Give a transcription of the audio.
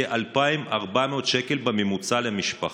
כ-2,400 שקל בממוצע למשפחה.